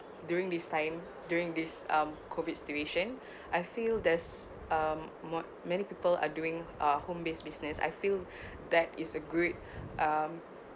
during this time during this um COVID situation I feel there's um mo~ many people are doing uh home based business I feel that is a great um